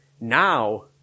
Now